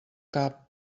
cap